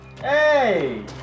Hey